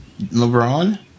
LeBron